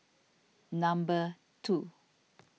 number two